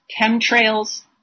chemtrails